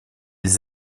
ils